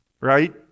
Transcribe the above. Right